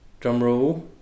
drumroll